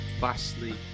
vastly